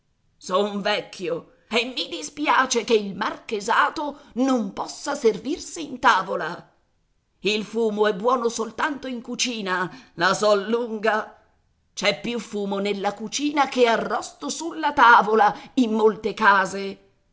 buona tavola soprattutto son vecchio e mi dispiace che il marchesato non possa servirsi in tavola il fumo è buono soltanto in cucina la so lunga c'è più fumo nella cucina che arrosto sulla tavola in molte case